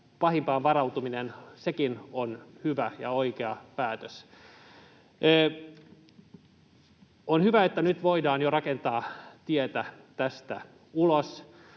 pahimpaan varautuminenkin on hyvä ja oikea päätös. On hyvä, että nyt voidaan jo rakentaa tietä tästä ulos.